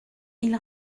ils